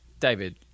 David